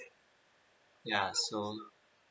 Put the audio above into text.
ya so